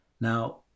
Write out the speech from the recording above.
Now